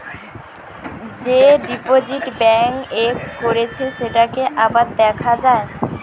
যে deposit bank এ করেছে সেটাকে আবার দেখা যায়